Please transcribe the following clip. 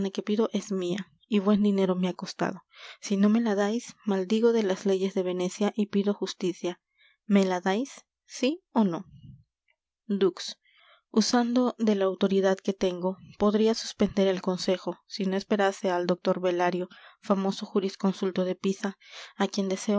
que pido es mia y buen dinero me ha costado si no me la dais maldigo de las leyes de venecia y pido justicia me la dais sí ó no dux usando de la autoridad que tengo podria suspender el consejo si no esperase al dr belario famoso jurisconsulto de pisa á quien